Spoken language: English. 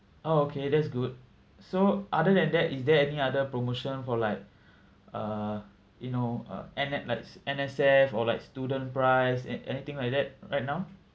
oh okay that's good so other than that is there any other promotion for like uh you know uh N_S like s~ N_S_F or like student price and anything like that right now